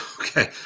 okay